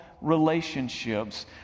relationships